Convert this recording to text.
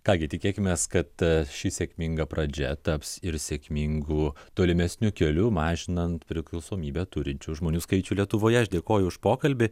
ką gi tikėkimės kad ši sėkminga pradžia taps ir sėkmingu tolimesniu keliu mažinant priklausomybę turinčių žmonių skaičių lietuvoje aš dėkoju už pokalbį